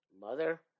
mother